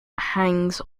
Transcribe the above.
hangs